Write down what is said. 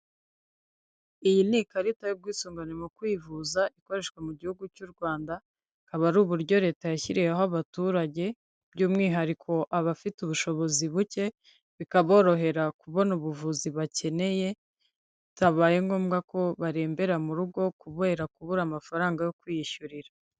Iyi ni ikarita y'ubwisungane mu kwivuza, ikoreshwa mu gihugu cy'u Rwanda, ikaba ari uburyo leta yashyiriyeho abaturage by'umwihariko abafite ubushobozi buke, bikaborohera kubona ubuvuzi bakeneye, bitabaye ngombwa ko barembera mu rugo kubera kubura amafaranga yo kwiyishyurira.